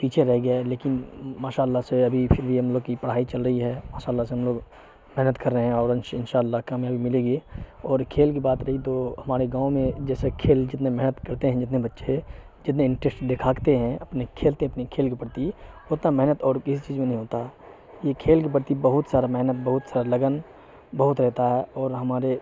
پیچے رہ گئے لیکن ماشاء اللہ سے ابھی پھر بھی ہم لوگوں کی پڑھائی چل رہی ہے ماشاء اللہ سے ہم لوگ محنت کر رہے ہیں اور ان ان شاء اللہ کا میابی ملے گی اور کھیل کی بات رہی تو ہمارے گاؤں میں جیسے کھیل جتنے محنت کرتے ہیں جتنے بچے جتنے انٹیسٹ دکھاتے ہیں اپنے کھیل کے اپنے کھیل کے پرتی اتنا محنت اور کسی چیز میں نہیں ہوتا یہ کھیل کے پرتی بہت سارا محنت بہت سارا لگن بہت رہتا ہے اور ہمارے